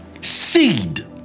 seed